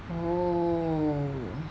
oh